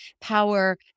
power